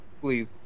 please